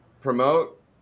promote